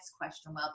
question